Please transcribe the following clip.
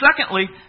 Secondly